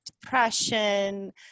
depression